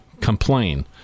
complain